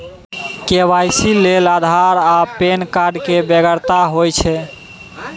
KYC लेल आधार आ PAN card केर बेगरता होइत छै